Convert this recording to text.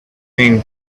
think